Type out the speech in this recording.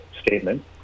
statement